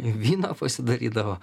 vyną pasidarydavo